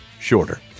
Shorter